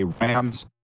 Rams